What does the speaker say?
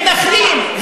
מתנחלים,